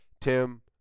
Tim